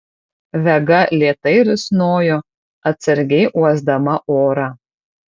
vega lėtai risnojo atsargiai uosdama orą